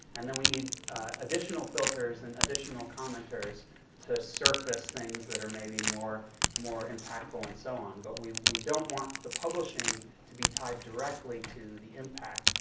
and then we need additional filters and additional commenters to surface things that are maybe more more impactful and so on. but we we don't want the publishing to be tied directly to the impact,